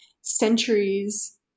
centuries